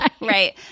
Right